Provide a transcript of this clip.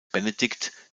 benedikt